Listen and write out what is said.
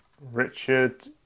Richard